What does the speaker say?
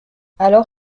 alors